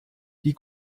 die